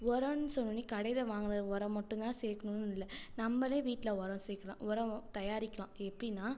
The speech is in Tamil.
ஒரன்னு சொல்லி கடையில் வாங்குற ஒரம் மட்டும் தான் சேர்கணுன்னு இல்லை நம்மளே வீட்டில் உரம் சேர்க்கலாம் உரம் தயாரிக்கலாம் எப்படின்னா